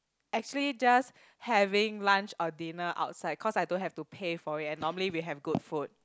actually just having lunch or dinner outside cause I don't have to pay for it and normally we have good food